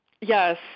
Yes